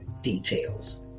details